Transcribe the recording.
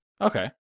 okay